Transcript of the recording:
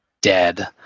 dead